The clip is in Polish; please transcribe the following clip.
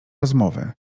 rozmowy